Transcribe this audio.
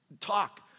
talk